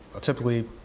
typically